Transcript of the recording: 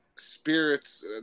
spirits